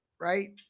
right